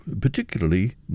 particularly